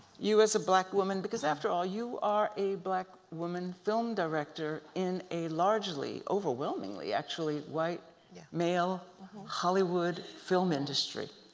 you as a black woman. because after all, you are a black woman film director in a largely overwhelmingly, actually white yeah male hollywood film industry.